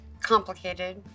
complicated